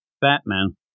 Batman